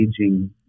aging